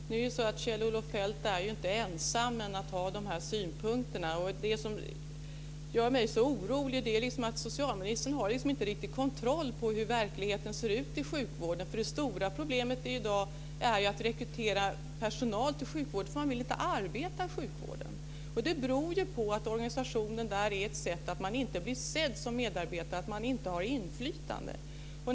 Herr talman! Nu är det ju så att Kjell-Olof Feldt inte är ensam om att ha de här synpunkterna. Det som gör mig så orolig är att socialministern liksom inte har riktig kontroll på hur verkligheten ser ut i sjukvården. Det stora problemet i dag är ju att rekrytera personal. Man vill inte arbeta i sjukvården. Det beror på att organisationen är sådan att man inte blir sedd som medarbetare. Man har inget inflytande.